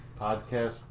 Podcast